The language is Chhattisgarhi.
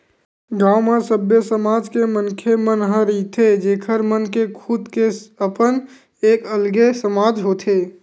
गाँव म सबे समाज के मनखे मन ह रहिथे जेखर मन के खुद के अपन एक अलगे समाज होथे